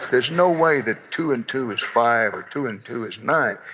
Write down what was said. there's no way that two and two is five or two and two is nine.